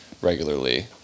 regularly